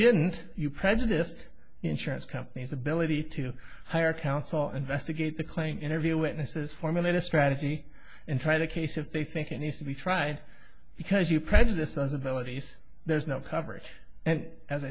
didn't you prejudiced the insurance company's ability to hire counsel investigate the claim to interview witnesses formulate a strategy and try to case if they think it needs to be tried because you prejudice us abilities there's no coverage and as